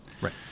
right